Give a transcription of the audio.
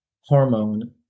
hormone